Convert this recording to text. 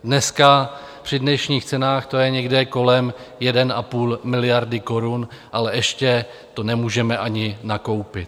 Dneska při dnešních cenách to je někde kolem 1,5 miliardy korun, ale ještě to nemůžeme ani nakoupit.